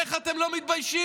איך אתם לא מתביישים?